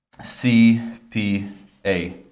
CPA